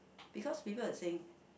because people will say